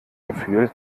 gefühl